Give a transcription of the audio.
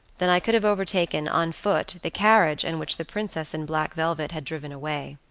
than i could have overtaken, on foot, the carriage in which the princess in black velvet had driven away.